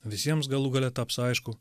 visiems galų gale taps aišku